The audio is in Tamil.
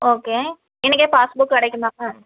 ஓகே இன்றைக்கே பாஸ்புக் கிடைக்குமா மேம்